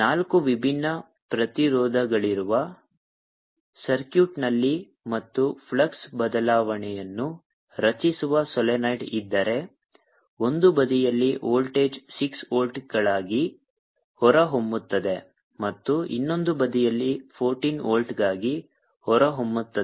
ನಾಲ್ಕು ವಿಭಿನ್ನ ಪ್ರತಿರೋಧಗಳಿರುವ ಸರ್ಕ್ಯೂಟ್ನಲ್ಲಿ ಮತ್ತು ಫ್ಲಕ್ಸ್ ಬದಲಾವಣೆಯನ್ನು ರಚಿಸುವ ಸೊಲೀನಾಯ್ಡ್ ಇದ್ದರೆ ಒಂದು ಬದಿಯಲ್ಲಿ ವೋಲ್ಟೇಜ್ 6 ವೋಲ್ಟ್ಗಳಾಗಿ ಹೊರಹೊಮ್ಮುತ್ತದೆ ಮತ್ತು ಇನ್ನೊಂದು ಬದಿಯಲ್ಲಿ 14 ವೋಲ್ಟ್ಗಳಾಗಿ ಹೊರಹೊಮ್ಮುತ್ತದೆ